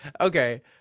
okay